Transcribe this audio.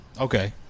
Okay